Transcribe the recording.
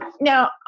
now